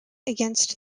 against